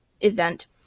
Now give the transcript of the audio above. event